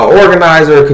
organizer